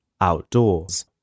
Outdoors